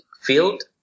field